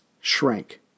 shrank